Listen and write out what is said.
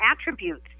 attributes